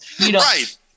Right